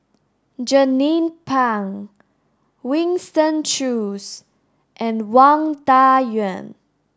Jernnine Pang Winston Choos and Wang Dayuan